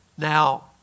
Now